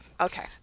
Okay